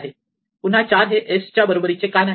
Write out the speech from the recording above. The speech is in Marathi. हे 4 पुन्हा s च्या बरोबरीचे का नाही